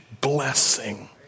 blessing